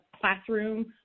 classroom